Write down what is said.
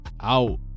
out